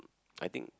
I think